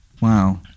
Wow